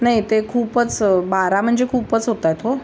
नाही ते खूपच बारा म्हणजे खूपच होत आहेत हो